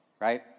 right